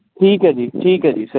ਠੀਕ ਹੈ ਜੀ ਠੀਕ ਹੈ ਜੀ ਸਰ